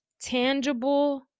tangible